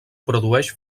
produeix